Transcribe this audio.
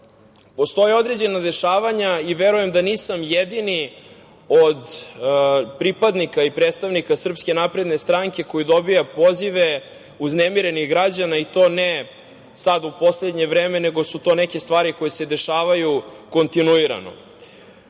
postoje određena dešavanja, i verujem da nisam jedini od pripadnika i predstavnika Srpske napredne stranke koji dobija pozive uznemirenih građana, i to ne sad u poslednje vreme, nego su to neke stvari koje se dešavaju kontinuirano. Nekako